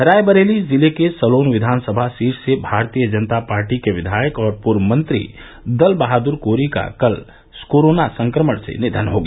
रायदरेली जिले की सलोन विधानसभा सीट से भारतीय जनता पार्टी के विधायक और पूर्व मंत्री दल बहादुर कोरी का कल कोरोना संक्रमण से निधन हो गया